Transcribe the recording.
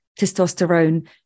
testosterone